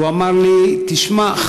והוא אמר לי: שמע,